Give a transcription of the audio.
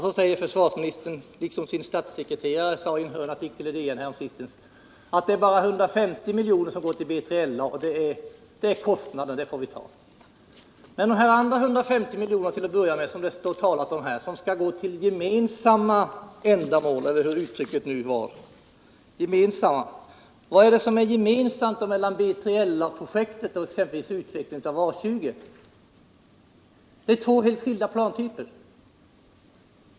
Då säger försvarsministern liksom hans statssekreterare i en hörnartikel i DN häromsistens gjorde, att det bara rör sig om 150 miljoner till BILA och att vi får ta den kostnaden. Men hur är det med de andra 150 miljonerna som det talas om och som skall gå till gemensam ma ändamål? Vad är det som är gemensamt mellan B3LA-projektet och exempelvis utvecklingen av A 20? Det gäller två helt skilda plantyper.